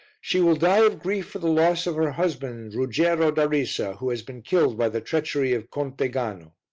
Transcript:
she will die of grief for the loss of her husband, ruggiero da risa, who has been killed by the treachery of conte gano.